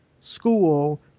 school